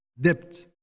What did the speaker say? debt